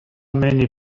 many